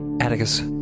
Atticus